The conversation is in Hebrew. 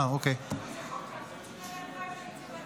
אנחנו רוצים לדעת